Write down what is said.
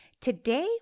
Today